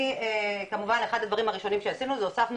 אני כמובן אחד הדברים שעשינו זה הוספנו